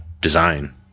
design